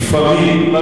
במקרה הזה,